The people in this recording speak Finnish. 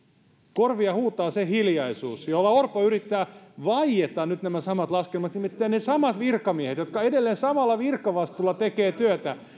korvia huutaa se hiljaisuus jolla orpo yrittää vaieta nyt nämä samat laskelmat nimittäin ne samat virkamiehet jotka edelleen samalla virkavastuulla tekevät työtään